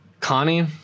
Connie